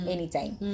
Anytime